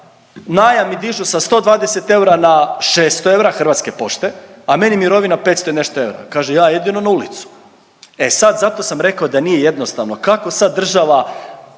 najam mi dižu sa 120 eura na 600 eura Hrvatske pošte, a meni mirovina 500 i nešto eura, kaže ja jedino na ulicu. E sad, zato sam rekao da nije jednostavno. Kako sad država